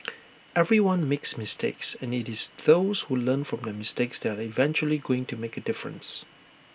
everyone makes mistakes and IT is those who learn from their mistakes that are eventually going to make A difference